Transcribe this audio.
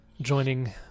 joining